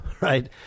right